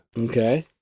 Okay